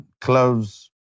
cloves